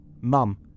Mum